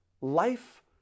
life